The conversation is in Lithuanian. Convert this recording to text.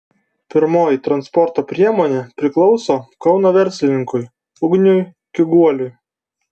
pirmoji transporto priemonė priklauso kauno verslininkui ugniui kiguoliui